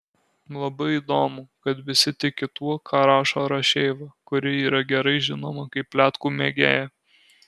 labai įdomu kad visi tiki tuo ką rašo rašeiva kuri yra gerai žinoma kaip pletkų mėgėja